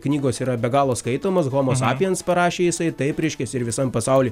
knygos yra be galo skaitomas homo sapiens parašė jisai taip reiškias ir visam pasauly